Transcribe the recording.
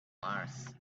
mars